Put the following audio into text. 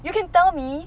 you can tell me